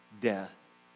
death